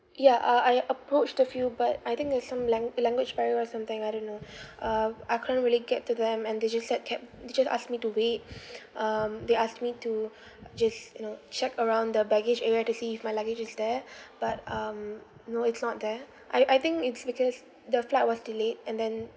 ya uh I approached a few but I think there's some lang~ language barrier or something I don't know um I couldn't really get to them and they just like kept they just asked me to wait um they asked me to just you know check around the baggage area to see if my luggage is there but um no it's not there I I think it's because the flight was delayed and then